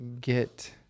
get